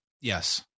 yes